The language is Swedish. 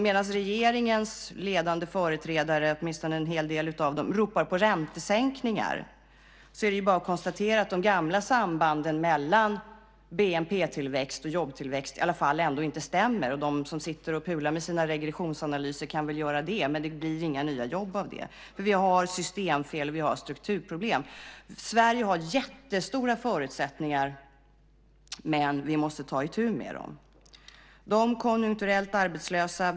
Medan regeringens ledande företrädare, åtminstone en hel del av dem, ropar på räntesänkningar är det bara att konstatera att de gamla sambanden mellan bnp-tillväxt och jobbtillväxt ändå inte stämmer. De som sitter och pular med sina regressionsanalyser kan väl göra det, men det blir inga nya jobb av det. Vi har systemfel, och vi har strukturproblem. Sverige har jättestora förutsättningar, men vi måste ta itu med dem.